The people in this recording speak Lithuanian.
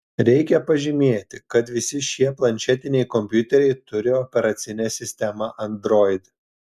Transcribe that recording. reikia pažymėti kad visi šie planšetiniai kompiuteriai turi operacinę sistemą android